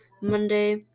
Monday